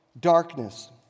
darkness